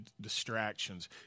distractions